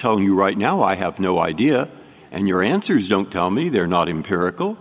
telling you right now i have no idea and your answers don't tell me they're not imperial